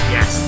Yes